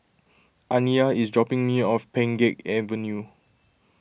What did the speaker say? Aniyah is dropping me off Pheng Geck Avenue